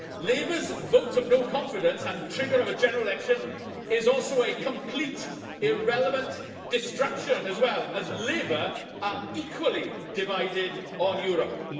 labour's vote no confidence and trigger of a general election is also a completely irrelevant distraction as well, as labour are equally divided on europe.